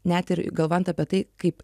net ir galvojant apie tai kaip